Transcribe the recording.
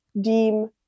deem